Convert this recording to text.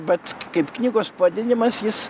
bet kaip knygos pavadinimas jis